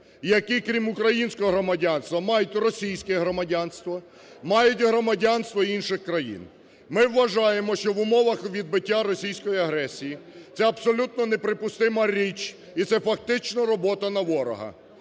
які крім українського громадянства мають російське громадянство, мають громадянство інших країн. Ми вважаємо, що в умовах відбиття російської агресії це абсолютно неприпустима річ і це фактично робота на ворога.